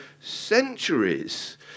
centuries